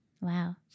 Wow